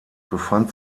befand